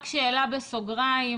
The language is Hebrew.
רק שאלה בסוגריים,